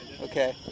Okay